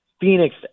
Phoenix